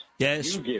Yes